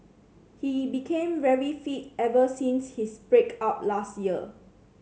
he became very fit ever since his break up last year